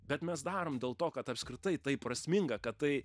bet mes darom dėl to kad apskritai tai prasminga kad tai